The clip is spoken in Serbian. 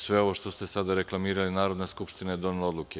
Sve ovo što ste sada reklamirali Narodna skupština je donela odluke.